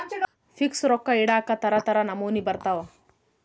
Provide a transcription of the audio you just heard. fix ರೊಕ್ಕ ಇಡಾಕ ತರ ತರ ನಮೂನಿ ಬರತವ